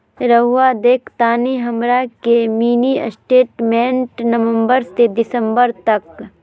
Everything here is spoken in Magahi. रहुआ देखतानी हमरा के मिनी स्टेटमेंट नवंबर से दिसंबर तक?